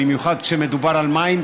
במיוחד כשמדובר במים,